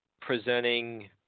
presenting